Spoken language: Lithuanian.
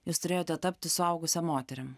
jūs turėjote tapti suaugusia moterim